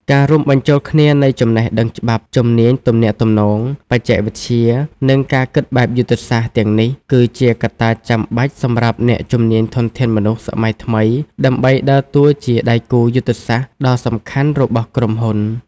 ការរួមបញ្ចូលគ្នានៃចំណេះដឹងច្បាប់ ជំនាញទំនាក់ទំនង បច្ចេកវិទ្យា និងការគិតបែបយុទ្ធសាស្ត្រ ទាំងនេះ គឺជាកត្តាចាំបាច់សម្រាប់អ្នកជំនាញធនធានមនុស្សសម័យថ្មី ដើម្បីដើរតួជាដៃគូយុទ្ធសាស្ត្រដ៏សំខាន់របស់ក្រុមហ៊ុន។